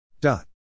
dot